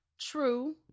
True